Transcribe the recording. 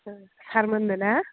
औ सारमोननो ना